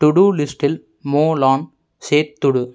to do லிஸ்ட்டில் மோ லாம் சேர்த்திடு